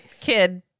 kid